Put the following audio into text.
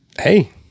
hey